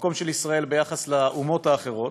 המקום של ישראל ביחס לאומות האחרות,